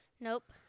Nope